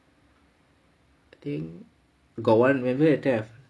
I think got [one] remember that time